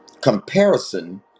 Comparison